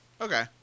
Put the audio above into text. Okay